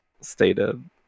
stated